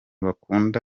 bakunda